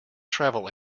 travel